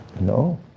no